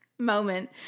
moment